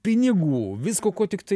pinigų visko ko tiktai